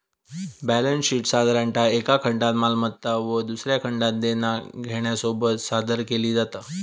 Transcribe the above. balance शीटसाधारणतः एका खंडात मालमत्ता व दुसऱ्या खंडात देना घेण्यासोबत सादर केली जाता